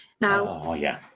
Now